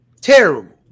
Terrible